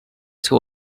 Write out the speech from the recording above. seu